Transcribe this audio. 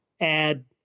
add